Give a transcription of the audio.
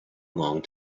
long